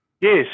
Yes